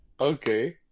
Okay